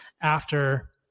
after-